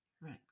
Right